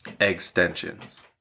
extensions